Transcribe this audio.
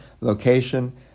location